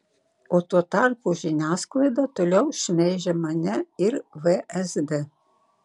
o tuo tarpu žiniasklaida toliau šmeižia mane ir vsd